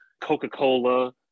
Coca-Cola